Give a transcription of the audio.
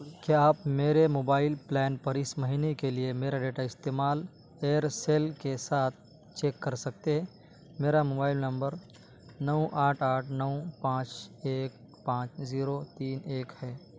کیا آپ میرے موبائل پلان پر اس مہینے کے لیے میرا ڈیٹا استعمال ایئرسل کے ساتھ چیک کر سکتے میرا موبائل نمبر نو آٹھ آٹھ نو پانچ ایک پانچ زیرو تین ایک ہے